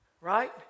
right